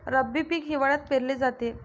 रब्बी पीक हिवाळ्यात पेरले जाते